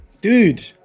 dude